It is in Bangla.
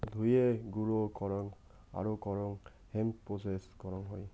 ধুয়ে, গুঁড়ো করং আরো করং হেম্প প্রেসেস করং হই